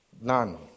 None